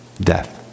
death